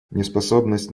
неспособность